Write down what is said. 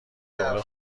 جمله